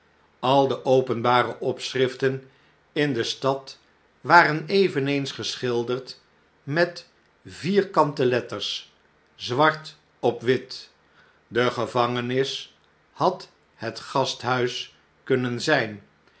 al de openbare opschriften in de stad waren eveneens geschilderd met vierkante letters zwart op wit de gevangenis had het gasthuis kunnen zijn